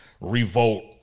revolt